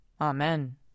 Amen